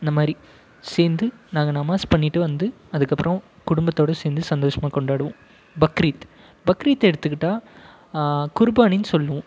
இந்த மாதிரி சேர்ந்து நாங்கள் நமாஸ் பண்ணிவிட்டு வந்து அதுக்கப்பறம் குடும்பத்தோடு சேர்ந்து சந்தோஷமாக கொண்டாடுவோம் பக்ரீத் பக்ரீத் எடுத்துகிட்டால் குருபானின் சொல்வோம்